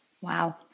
Wow